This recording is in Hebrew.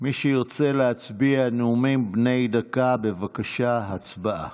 מי שירצה להצביע על נאומים בני דקה, בבקשה, הצבעה.